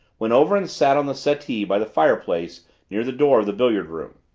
went over and sat on the settee by the fireplace near the door of the billiard room.